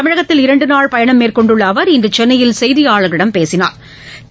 தமிழகத்தில் இரண்டு நாள் பயணம் மேற்கொண்டுள்ள அவர் இன்று சென்னையில் செய்தியாளர்களிடம் பேசினாா்